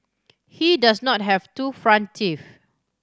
he does not have two front teeth